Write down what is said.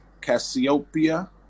Cassiopeia